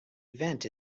event